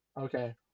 Okay